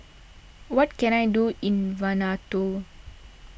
what can I do in Vanuatu